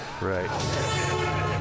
right